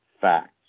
facts